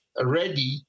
ready